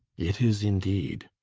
it is indeed.